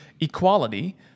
equality